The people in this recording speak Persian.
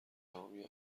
تمامی